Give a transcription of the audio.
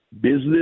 business